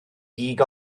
gig